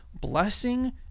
blessing